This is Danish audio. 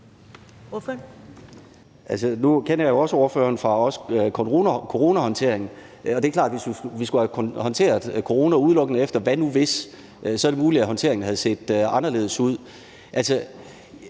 Nu kender jeg jo også ordføreren fra coronahåndteringen, og det er klart, at hvis vi skulle have håndteret corona udelukkende efter en hvad nu hvis-tilgang, så er det muligt, at håndteringen havde set anderledes ud.